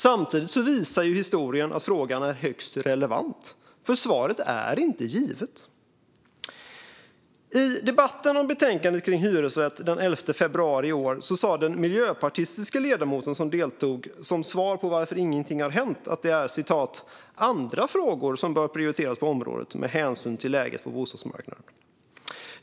Samtidigt visar historien att frågan är högst relevant, för svaret är inte givet. I debatten om betänkandet om hyresrätt den 11 februari i år sa den miljöpartistiske ledamot som deltog som svar på varför ingenting har hänt att "det är andra frågor som bör prioriteras på området med hänsyn till läget på bostadsmarknaden".